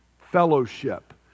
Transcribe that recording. fellowship